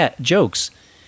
jokes